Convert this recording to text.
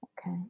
Okay